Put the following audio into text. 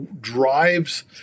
drives